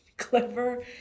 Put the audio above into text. clever